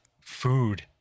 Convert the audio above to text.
food